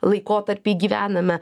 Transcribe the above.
laikotarpy gyvename